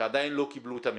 שעדיין לא קיבלו את המחירים,